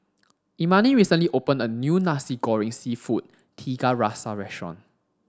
Imani recently opened a new nasi goreng seafood tiga rasa restaurant